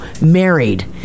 married